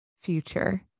future